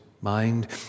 mind